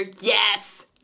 yes